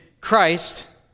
Christ